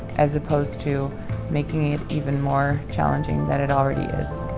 as opposed to making it even more challenging than it already is.